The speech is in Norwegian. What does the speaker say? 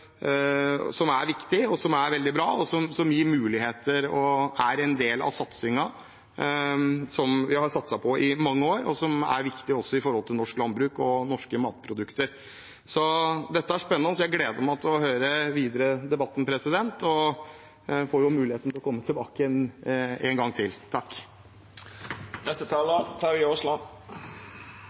som er viktig, som er veldig bra, og som gir muligheter. Det er en del av satsingen vi har hatt i mange år, og som er viktig også for norsk landbruk og norske matprodukter. Så dette er spennende. Jeg gleder meg til å høre debatten videre, og jeg får jo mulighet til å komme tilbake en gang til.